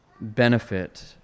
benefit